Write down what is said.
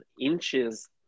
inches